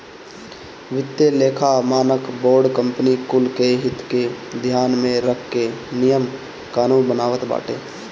वित्तीय लेखा मानक बोर्ड कंपनी कुल के हित के ध्यान में रख के नियम कानून बनावत बाटे